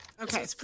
Okay